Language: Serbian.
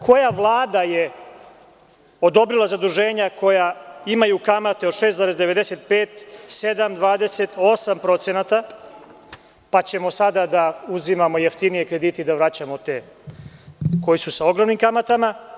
Koja Vlada je odobrila zaduženja koja imaju kamate od 6,95, 7,28%, pa ćemo sada da uzimamo jeftinije kredite i da vraćamo te kredite koji su sa ogromnim kamatama?